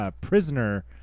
prisoner